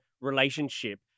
relationship